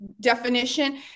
definition